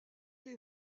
les